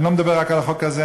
אני לא מדבר רק על החוק הזה,